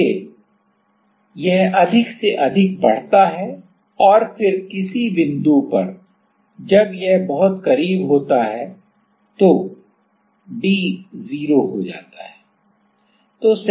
इसलिए यह अधिक से अधिक बढ़ता है और फिर किसी बिंदु पर जब यह बहुत करीब होता है तो d 0 हो जाता है